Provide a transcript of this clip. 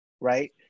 right